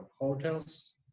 hotels